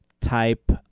type